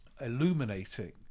illuminating